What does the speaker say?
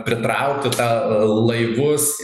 pritraukti tą laivus